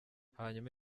hanyuma